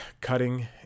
cutting